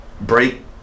break